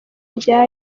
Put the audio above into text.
rya